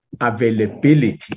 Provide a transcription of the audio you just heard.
availability